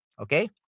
Okay